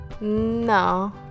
No